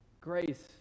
Grace